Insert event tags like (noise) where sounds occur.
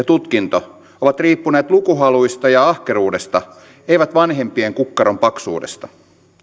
(unintelligible) tutkinto ovat riippuneet lukuhaluista ja ahkeruudesta eivät vanhempien kukkaron paksuudesta